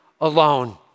alone